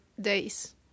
days